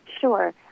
Sure